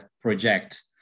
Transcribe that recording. project